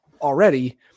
already